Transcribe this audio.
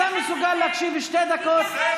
תתייחס לזה,